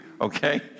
okay